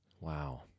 Wow